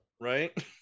right